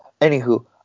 Anywho